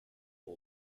two